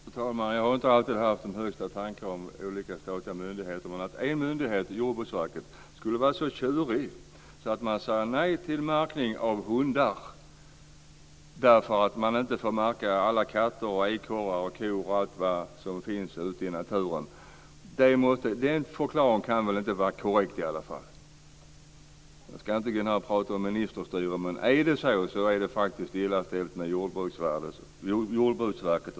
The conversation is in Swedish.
Fru talman! Jag har inte alltid haft de högsta tankarna om statliga myndigheter, men förklaringen att en myndighet, Jordbruksverket, är så tjurig att man säger nej till märkning av hundar därför att man inte får märka alla katter, ekorrar, kor och andra djur i naturen kan inte vara korrekt. Jag ska här inte tala om ministerstyre, men om det är så är det illa ställt med ledningen i Jordbruksverket.